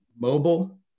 Mobile